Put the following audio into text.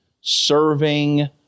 serving